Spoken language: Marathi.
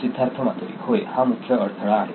सिद्धार्थ मातुरी होय हा मुख्य अडथळा आहे